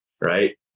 right